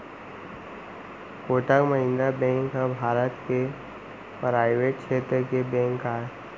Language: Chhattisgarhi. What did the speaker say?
कोटक महिंद्रा बेंक ह भारत के परावेट छेत्र के बेंक आय